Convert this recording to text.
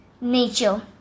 nature